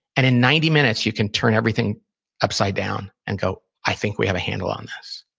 and in ninety minutes, you can turn everything upside down, and go, i think we have a handle on this.